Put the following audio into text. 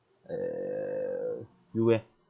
err you eh